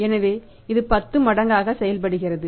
எனவே இது 10 மடங்காக செயல்படுகிறது